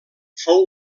fou